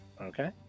Okay